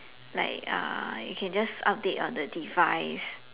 like uh you can just update on the device